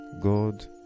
God